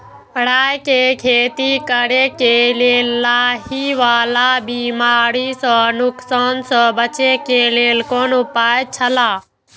राय के खेती करे के लेल लाहि वाला बिमारी स नुकसान स बचे के लेल कोन उपाय छला?